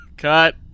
cut